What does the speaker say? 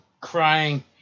crying